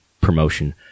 promotion